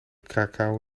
krakau